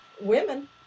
women